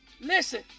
listen